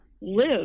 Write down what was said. live